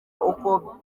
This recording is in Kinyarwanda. uko